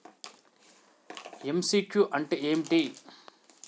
MCQ అంటే ఏమిటి?